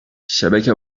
şebeke